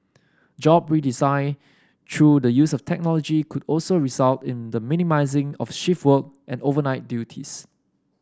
job redesign through the use of technology could also result in the minimising of shift work and overnight duties